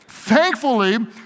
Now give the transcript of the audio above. Thankfully